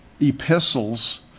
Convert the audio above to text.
epistles